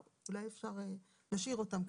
טוב, אולי אפשר להשאיר אותם ככה.